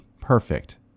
perfect